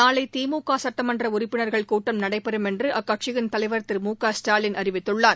நாளை திமுக சட்டமன்ற உறுப்பினர்கள் கூட்டம் நடைபெறும் என்று அக்கட்சியின் தலைவர் திரு மு க ஸ்டாலின் அறிவித்துள்ளார்